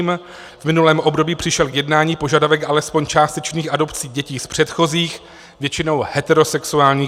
V minulém období přišel k jednání požadavek alespoň částečných adopcí dětí z předchozích, většinou heterosexuálních vztahů.